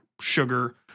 sugar